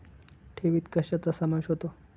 ठेवीत कशाचा समावेश होतो?